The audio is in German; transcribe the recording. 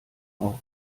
auf